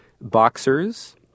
boxers